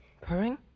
Purring